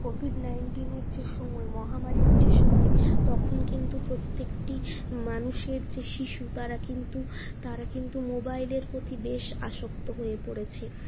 Covid নাইনটিনের যে সময় মহামারীর যে সময় তখন কিন্তু প্রত্যেকটি মানুষের যে শিশু তারা কিন্তু তারা কিন্তু মোবাইলের প্রতি বেশ আসক্ত হয়ে পড়েছে